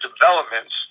developments